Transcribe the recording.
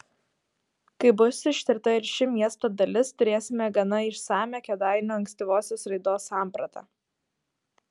kai bus ištirta ir ši miesto dalis turėsime gana išsamią kėdainių ankstyvosios raidos sampratą